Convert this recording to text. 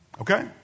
Okay